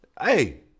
Hey